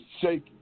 shaking